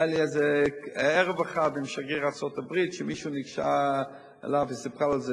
היה לי ערב אחד עם שגריר ארצות-הברית ומישהי ניגשה אליו וסיפרה לו.